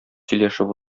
сөйләшеп